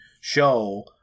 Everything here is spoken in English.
show